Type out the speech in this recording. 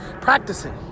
practicing